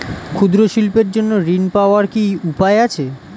ক্ষুদ্র শিল্পের জন্য ঋণ পাওয়ার কি উপায় আছে?